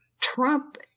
Trump